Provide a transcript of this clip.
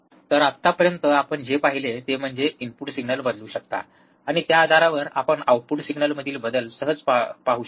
तर आतापर्यंत आपण जे पाहिले ते म्हणजे आपण इनपुट सिग्नल बदलू शकता आणि त्या आधारावर आपण आउटपुट सिग्नलमधील बदल सहज पाहू शकता